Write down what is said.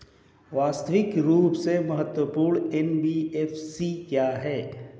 व्यवस्थित रूप से महत्वपूर्ण एन.बी.एफ.सी क्या हैं?